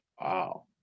Wow